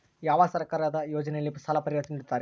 ಯಾವ ಸರ್ಕಾರದ ಯೋಜನೆಯಲ್ಲಿ ಸಾಲ ಪರಿಹಾರ ನೇಡುತ್ತಾರೆ?